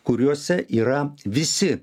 kuriuose yra visi